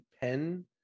pen